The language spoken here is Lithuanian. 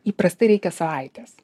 įprastai reikia savaitės